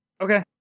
okay